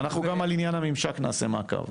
אנחנו גם על עניין הממשק נעשה מעקב.